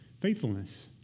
faithfulness